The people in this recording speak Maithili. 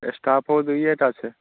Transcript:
स्कारपो दुइये टा छै